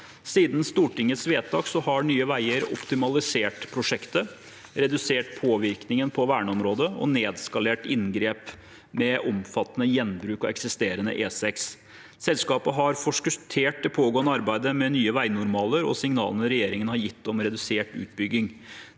Siden Stortingets vedtak har Nye veier optimalisert prosjektet, redusert påvirkningen på verneområdet og nedskalert inngrep med omfattende gjenbruk av eksisterende E6. Selskapet har forskuttert det pågående arbeidet med nye vegnormaler og signalene regjeringen har gitt om redusert utbygging.